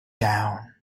down